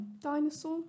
Dinosaur